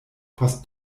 post